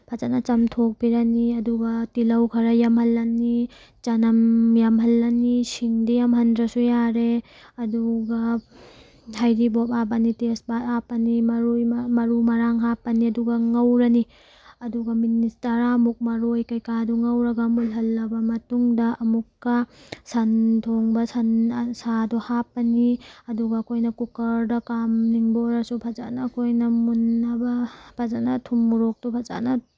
ꯐꯖꯅ ꯆꯥꯝꯊꯣꯛꯄꯤꯔꯅꯤ ꯑꯗꯨꯒ ꯇꯤꯜꯍꯧ ꯈꯔ ꯌꯥꯝꯍꯜꯂꯅꯤ ꯆꯅꯝ ꯌꯥꯝꯍꯜꯂꯅꯤ ꯁꯤꯡꯗꯤ ꯌꯥꯝꯍꯟꯗ꯭ꯔꯁꯨ ꯌꯥꯔꯦ ꯑꯗꯨꯒ ꯍꯥꯏꯗꯤ ꯇꯦꯁꯄꯥꯠ ꯍꯥꯞꯄꯅꯤ ꯃꯔꯣꯏ ꯃꯔꯨ ꯃꯔꯥꯡ ꯍꯥꯞꯄꯅꯤ ꯑꯗꯨꯒ ꯉꯧꯔꯅꯤ ꯑꯗꯨꯒ ꯃꯤꯅꯤꯠ ꯇꯔꯥꯃꯨꯛ ꯃꯔꯣꯏ ꯀꯩꯀꯥꯗꯣ ꯉꯧꯔꯒ ꯃꯨꯜꯍꯜꯂꯕ ꯃꯇꯨꯡꯡꯗ ꯑꯃꯨꯛꯀ ꯁꯟ ꯊꯣꯡꯕ ꯁꯟ ꯁꯥꯗꯣ ꯍꯥꯞꯄꯅꯤ ꯑꯗꯨꯒ ꯑꯩꯈꯣꯏꯅ ꯀꯨꯀꯔꯗ ꯀꯥꯝꯅꯤꯡꯕ ꯑꯣꯏꯔꯁꯨ ꯐꯖꯅ ꯑꯩꯈꯣꯏꯅ ꯃꯨꯟꯅꯕ ꯐꯖꯅ ꯊꯨꯝ ꯃꯣꯔꯣꯛꯇꯨ ꯐꯖꯅ